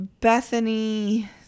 Bethany